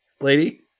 lady